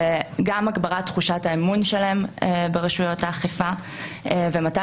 וגם הגברת תחושת האמון שלהם ברשויות האכיפה ומתן